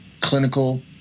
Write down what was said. clinical